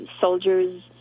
soldiers